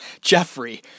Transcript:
Jeffrey